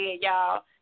y'all